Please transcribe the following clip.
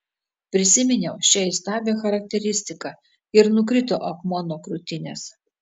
prisiminiau šią įstabią charakteristiką ir nukrito akmuo nuo krūtinės